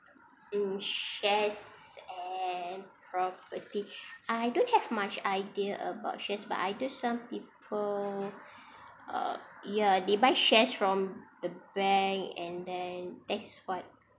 mm shares and property I don't have much idea about shares but I know some people uh ya they buy shares from the bank and then that's what